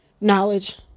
knowledge